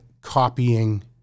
copying